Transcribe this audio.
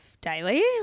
daily